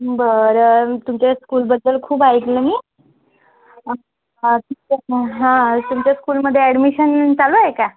बरं तुमच्या स्कूलबद्दल खूप ऐकलं मी तुमचं हां तुमच्या स्कूलमधे ॲडमिशन चालू आहे का